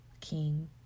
King